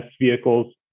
vehicles